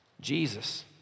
Jesus